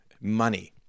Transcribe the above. money